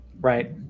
right